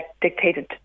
dictated